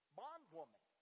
bondwoman